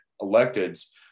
electeds